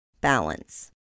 balance